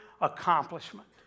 accomplishment